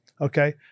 Okay